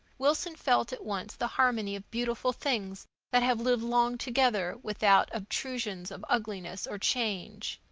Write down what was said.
wilson felt at once the harmony of beautiful things that have lived long together without obtrusions of ugliness or change.